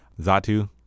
Zatu